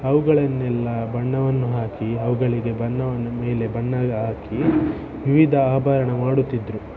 ಅವುಗಳನ್ನೆಲ್ಲ ಬಣ್ಣವನ್ನು ಹಾಕಿ ಅವುಗಳಿಗೆ ಬಣ್ಣವನ್ನು ಮೇಲೆ ಬಣ್ಣ ಹಾಕಿ ವಿವಿಧ ಆಭರಣ ಮಾಡುತ್ತಿದ್ದರು